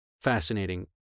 fascinating